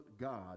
God